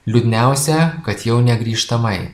liūdniausia kad jau negrįžtamai